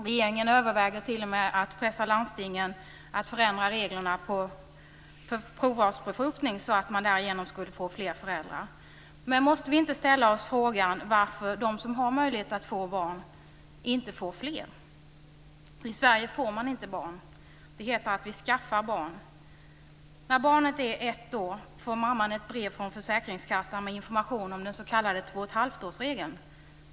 Regeringen överväger t.o.m. att pressa landstingen att förändra reglerna för provrörsbefruktning och därigenom ge fler möjlighet att bli föräldrar. Men måste vi inte ställa oss frågan varför de som har möjlighet att få barn inte får fler? I Sverige får man inte barn. Det heter att vi skaffar barn. När barnet är ett år får mamman ett brev från försäkringskassan med information om den s.k. tvåochetthalvtårsregeln.